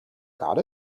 got